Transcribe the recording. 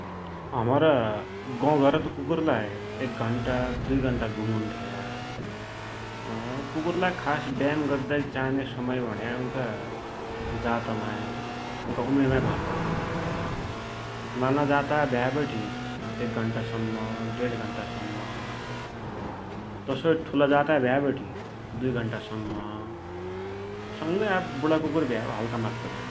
कुकुरलाई खास व्यायाम गद्दाकी चाइन्या समय उइका जातलै उमेर माइ भर पडुन्छ । नाना जातका भया एक घन्टासम्म, तसोई ठूला जातका भ्याबटे दुई घण्टा सम्म लै । बूढा कुकुर भ्याबटि हल्का मात्ररै ।